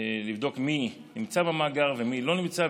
לבדוק מי נמצא במאגר ומי לא נמצא,